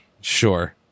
sure